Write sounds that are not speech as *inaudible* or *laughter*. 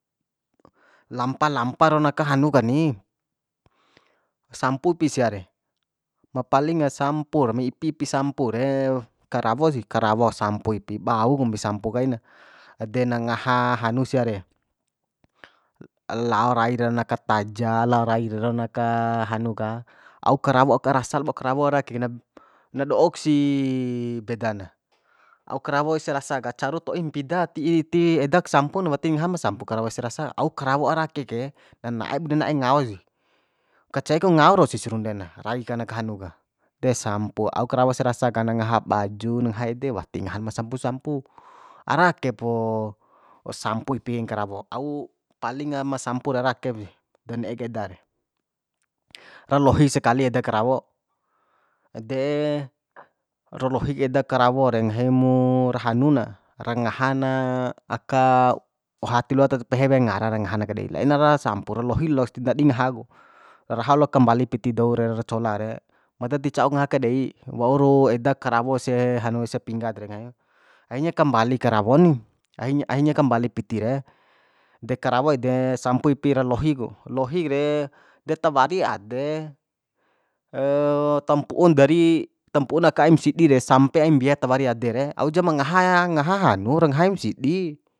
Lampa lampa ron aka hanu kani sampu ipi sia re ma palinga sampur maipi pi sampu re karawo sih karawo sampu ipi bau kombi sampu kaina de na ngaha hanu siare lao rai ro aka taja lao rai reron aka hanu ka au karawo aka rasa lao karawo ara na bed na do'ok si beda na au karawo ese rasa ka caru to'i mpida ti ti edak sampun wati ngahama sampu ese rasa au karawo ara ake ke na na'e bune na'e ngao si kacei ku ngao rausih sarunde na rai kan ka hanu ka desampu au karawo ese rasa ka na ngaha baju na ngaha ede wati ngahan ma sampu sampu ara ake po sampu ipi karawo au palinga ma sampu re ara akep sih da ne'ek eda re ra lohi sakali eda karawo ede ra lohik eda karawo de nggahi mu ra hanu na ra ngaha na aka oha tiloata pehe wea ngara na ra ngahan aka dei lainara sampur lohi lok si ti ndadi ngaha ku raho lok kambali piti dou re ra cola re mada ti cauk ngaha ake dei wauru edak karowo ese hanu se pingga tare nggahim ahirnya kambali karawon ni ahir *hesitation* ahirnya kambali piti re de karawo ede sampu ipi ra lohi ku lohik re de tawari ade *hesitation* tampu'un dari tampu'u aka aim sidi re sampe aim mbiatawari ade re au jam ngaha ngaha hanu ra ngaha aim sidi